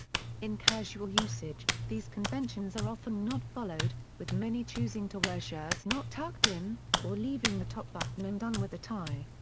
in casual usage, these conventions are often not followed, with many choosing to wear shirts not tucked in, or leaving the top button undone with a tie.